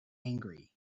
angry